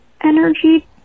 energy